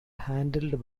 handled